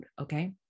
okay